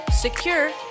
secure